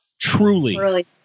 truly